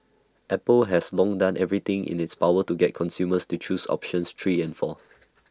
Apple has long done everything in its power to get consumers to choose options three and four